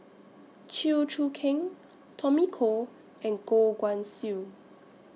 Chew Choo Keng Tommy Koh and Goh Guan Siew